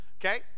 Okay